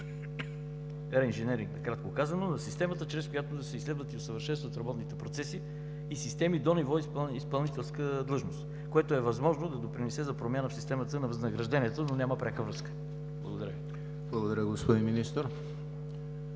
на системата, чрез която да се изследват и усъвършенстват работните процеси и системи до ниво изпълнителска длъжност. Възможно е това да допринесе за промяна в системата на възнаграждението, но няма пряка връзка. ПРЕДСЕДАТЕЛ ЕМИЛ ХРИСТОВ: Благодаря, господин Министър. Господин